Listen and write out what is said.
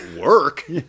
work